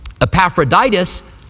Epaphroditus